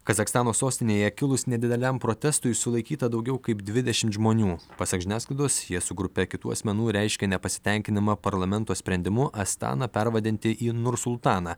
kazachstano sostinėje kilus nedideliam protestui sulaikyta daugiau kaip dvidešimt žmonių pasak žiniasklaidos jie su grupe kitų asmenų reiškė nepasitenkinimą parlamento sprendimu astaną pervadinti į nursultaną